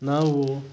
ನಾವು